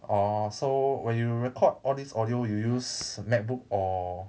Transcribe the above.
orh so when you record all this audio you use macbook or